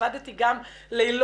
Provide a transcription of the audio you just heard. עבדתי גם לילות